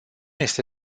este